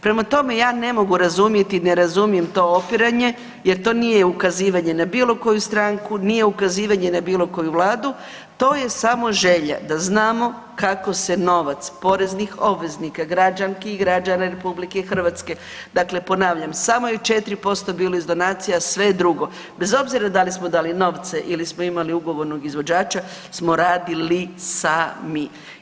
Prema tome, ja ne mogu razumjeti i ne razumijem to opiranje jer to nije ukazivanje na bilo koju stranku, nije ukazivanje na bilo koju vladu to je samo želja da znamo kako se novac poreznih obveznika, građanki i građana RH dakle ponavljam samo je 4% iz donacija sve drugo, bez obzira da li smo dali novce ili smo imali ugovornog izvođača smo radili sami.